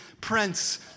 Prince